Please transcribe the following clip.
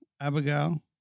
Abigail